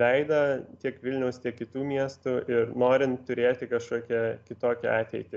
veidą tiek vilniaus tiek kitų miestų ir norint turėti kažkokią kitokią ateitį